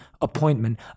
appointment